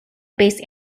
based